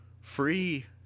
free